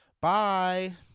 Bye